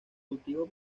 cultivo